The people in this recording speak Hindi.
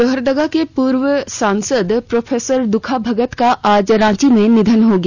लोहरदगा के पूर्व सांसद प्रोफेसर दुखा भगत का आज रांची में निधन हो गया